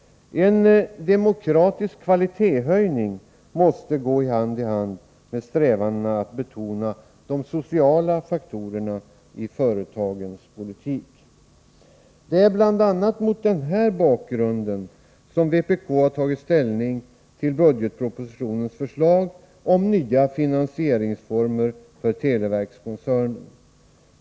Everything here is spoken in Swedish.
En demokratisk kvalitetshöjning måste gå hand i hand med strävandena att betona de sociala faktorerna i företagens politik. Det är bl.a. mot denna bakgrund som vpk har tagit ställning till budgetpropositionens förslag om nya finansieringsformer för televerkskoncernen.